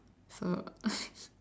so